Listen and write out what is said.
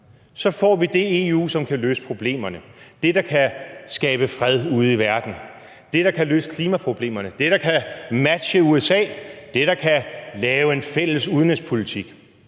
så får vi det EU, som kan løse problemerne; det, der kan skabe fred ude i verden; det, der kan løse klimaproblemerne; det, der kan matche USA; det, der kan lave en fælles udenrigspolitik.